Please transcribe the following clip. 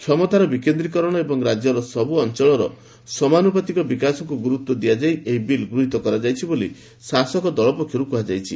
କ୍ଷମତାର ବିକେନ୍ଦ୍ରୀକରଣ ଏବଂ ରାଜ୍ୟର ସବୁ ଅଞ୍ଚଳର ସମନୁପାତିକ ବିକାଶକୁ ଗୁରୁତ୍ୱ ଦିଆଯାଇ ଏହି ବିଲ୍ ଗୃହୀତ କରାଯାଇଛି ବୋଲି ଶାସକ ଦଳ ପକ୍ଷରୁ କୁହାଯାଇଛି